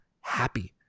happy